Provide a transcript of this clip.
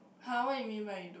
[huh] what you mean what you do